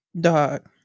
dog